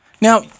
Now